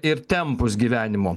ir tempus gyvenimo